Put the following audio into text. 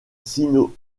sino